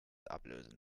ablösen